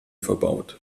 verbaut